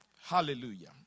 Hallelujah